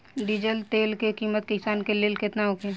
Diesel तेल के किमत किसान के लेल केतना होखे?